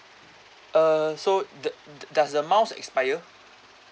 uh so d~ does the miles expire